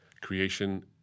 Creation